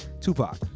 Tupac